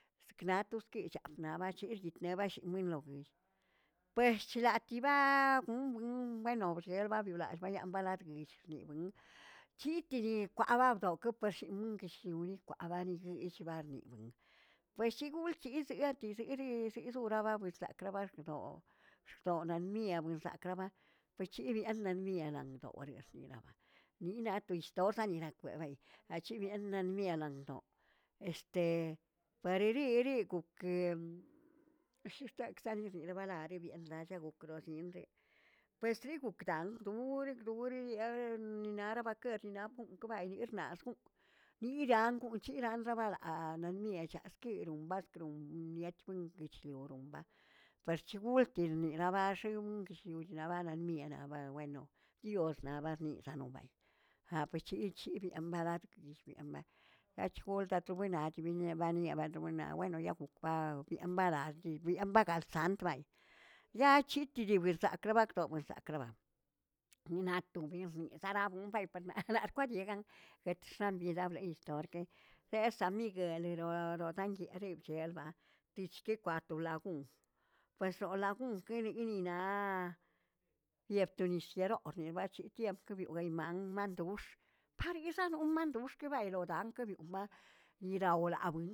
Sknato tigchaꞌap naꞌ chiryitneꞌ bashibuinlo, pues chlatibaꞌa mgəbumə bueno bxielgba biulallꞌgwiyaa baladguwillch gniꞌi buingə chitidi kwalabdogꞌ pershimingəsh liwikag agani ishbanibuing pues chigolchiszeeꞌe kiserir zizoꞌrababidguə krarakbrdoꞌo doo naniaꞌ buenzaꞌ ka ba buichiranannaꞌ rienaldoꞌo weriesirabaꞌ, ni inaꞌstos stosnirakweb achibienann bienanndoꞌo, este pareriiri gokə shishekxtekz barinibadalə bienlallagoꞌ krozinꞌdeꞌe pues trigok daa duuor duuor ninare baker diinapunk kebaꞌa eyernaꞌskuꞌun, niyaangunc̱hig ranrabalaꞌa ananiꞌechaꞌa diironbakrbrun nnnietchmm lichchioroꞌnbaꞌ perchigulti nirabaxingꞌ guishiomarabienbara bueno chiosna bazniꞌxanobay apechiꞌchibienbla'a lill bienbaꞌnaꞌ achgoldatowenabaꞌ kibinie baniabanaꞌa weno niaꞌ gokban banaꞌ aldi mbakba al santbay, yaachitidibuir zaakrbakdo wizakrban ninaꞌtonbə enzie zanaboꞌ beyparnaꞌa nayarkweydigan jetzxgana leꞌi plastorke, zammigue lero- ro daꞌnguieꞌ ̱cheelba techkilgwato aguun, pues sola lagun eri erininaꞌ yep to nis yeꞌroꞌr yebschi' tier guibyoymandoꞌox pariizando mandoꞌ xkwbeꞌiloꞌ baꞌkebeꞌyloma yiralaꞌ.